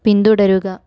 പിന്തുടരുക